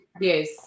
Yes